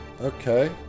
Okay